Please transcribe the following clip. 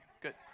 good